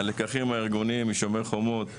הלקחים הארגוניים מ"שומר חומות",